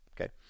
Okay